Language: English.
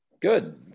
Good